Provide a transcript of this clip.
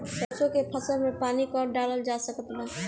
सरसों के फसल में पानी कब डालल जा सकत बा?